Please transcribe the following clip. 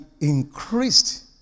increased